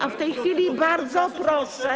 A w tej chwili bardzo proszę.